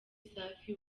safi